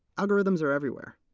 algorithms are everywhere.